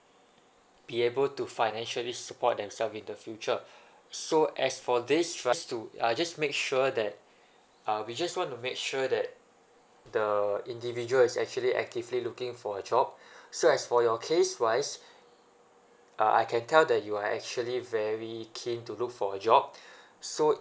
be able to financially support themselves in the future so as for this right just to uh just make sure that uh we just want to make sure that the individual is actually actively looking for a job so as for your case wise uh I can tell that you are actually very keen to look for a job so